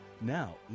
Now